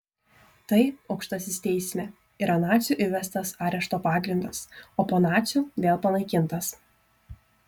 tai aukštasis teisme yra nacių įvestas arešto pagrindas o po nacių vėl panaikintas